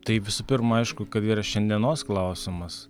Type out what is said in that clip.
tai visų pirma aišku kad yra šiandienos klausimas